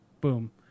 Boom